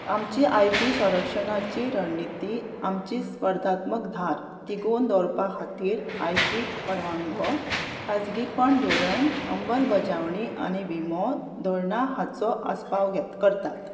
आमची I P संरक्षणाची रणनिती आमची स्पर्धात्मक धार तिगोवन दवरपा खातीर आय पी परवांगो खाजगीपण धोरण अंबलबजावणी आनी विमो धोरणा हाचो आस्पाव करतात